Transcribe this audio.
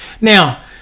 Now